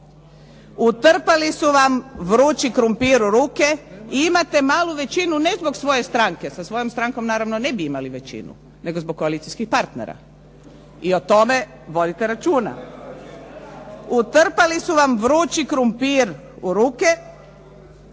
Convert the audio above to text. Utrpali su vam vrući krumpir u ruke i imate malu većinu, ne zbog svoje stranke jer sa svojom strankom naravno ne bi imali većinu, nego zbog koalicijskih partnera. I o tome vodite računa. Utrpali su vam vrući krumpir u ruke,